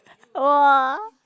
!wah!